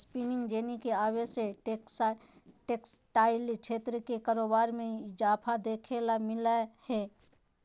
spinning jenny के आवे से टेक्सटाइल क्षेत्र के कारोबार मे इजाफा देखे ल मिल लय हें